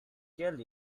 tell